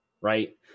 right